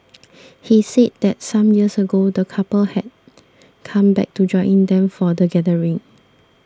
he said that some years ago the couple had come back to join them for the gathering